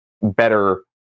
better